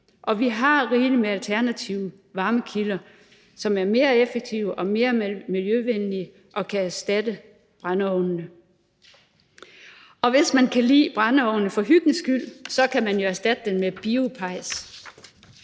Og vi har rigeligt med alternative varmekilder, som er mere effektive og mere miljøvenlige, og som kan erstatte brændeovnene. Hvis man kan lide brændeovne for hyggens skyld, kan man jo erstatte dem med biopejse.